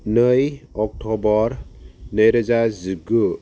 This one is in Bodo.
नै अक्टबर नै रोजा जिगु